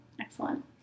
Excellent